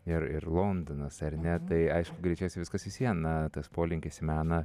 ir ir londonas ar ne tai aišku greičiausiai vis viena tas polinkis į meną